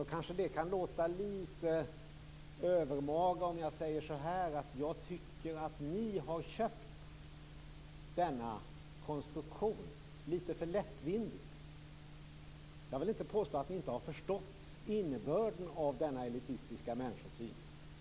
Då kanske det kan låta lite övermaga om jag säger att jag tycker att ni har köpt denna konstruktion lite för lättvindigt. Jag vill inte påstå att ni inte har förstått innebörden av denna elitistiska människosyn.